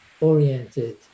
oriented